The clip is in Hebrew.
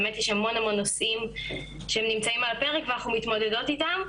באמת יש המון נושאים שנמצאים על הפרק ואנחנו מתמודדות איתם,